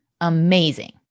amazing